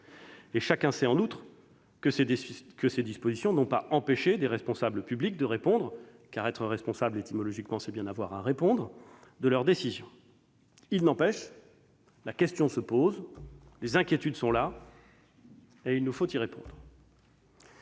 Chacun sait, en outre, que ces dispositions n'ont pas empêché des responsables publics de répondre- car être responsable, étymologiquement, c'est bien d'avoir à répondre -de leurs décisions. Il n'en reste pas moins que la question se pose et que les inquiétudes sont là. Il nous faut donc y répondre.